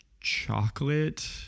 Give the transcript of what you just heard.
chocolate